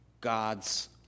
God's